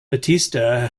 batista